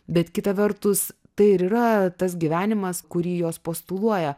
bet kita vertus tai ir yra tas gyvenimas kurį juos postuluoja